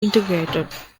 integrated